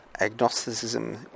agnosticism